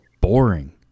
boring